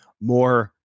more